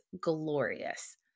glorious